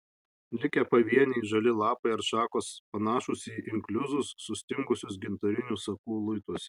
likę pavieniai žali lapai ar šakos panašūs į inkliuzus sustingusius gintarinių sakų luituose